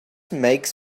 makes